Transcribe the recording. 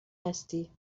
هستی